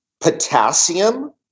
potassium